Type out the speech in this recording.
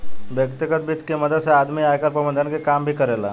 व्यतिगत वित्त के मदद से आदमी आयकर प्रबंधन के काम भी करेला